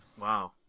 wow